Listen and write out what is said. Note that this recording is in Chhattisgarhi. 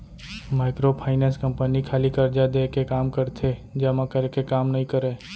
माइक्रो फाइनेंस कंपनी खाली करजा देय के काम करथे जमा करे के काम नइ करय